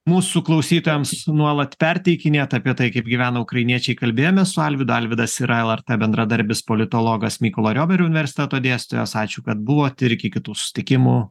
mūsų klausytojams nuolat perteikinėjat apie tai kaip gyvena ukrainiečiai kalbėjomės su alvydu alvydas yra lrt bendradarbis politologas mykolo riomerio universiteto dėstytojas ačiū kad buvot ir iki kitų susitikimų